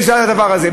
זה על הדבר הזה.